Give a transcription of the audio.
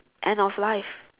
end of life